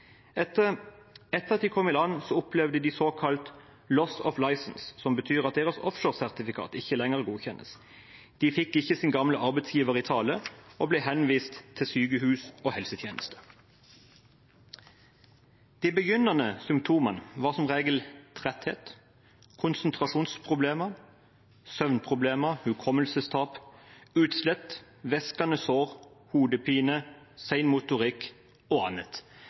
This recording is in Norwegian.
Etter at de kom i land, opplevde de såkalt «loss of licence», som betyr at deres offshoresertifikat ikke lenger godkjennes. De fikk ikke sin gamle arbeidsgiver i tale og ble henvist til sykehus og helsetjeneste. De begynnende symptomene var som regel tretthet, konsentrasjonsproblemer, søvnproblemer, hukommelsestap, utslett, væskende sår, hodepine, sen motorikk og annet.